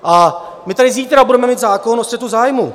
A my tady zítra budeme mít zákon o střetu zájmů.